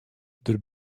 der